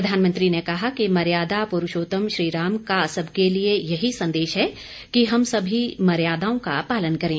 प्रधानमंत्री ने कहा कि मर्यादा पुरूषोत्तम श्रीराम का सबके लिए यही संदेश है कि हम सभी मर्यादाओं का पालन करें